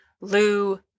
Lou